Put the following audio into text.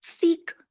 seek